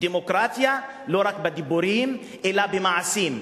דמוקרטיה לא רק בדיבורים אלא במעשים.